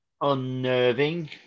unnerving